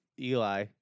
Eli